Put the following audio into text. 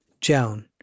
Joan